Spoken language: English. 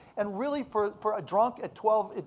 and really, for for a drunk at twelve,